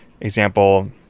example